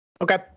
Okay